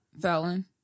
felon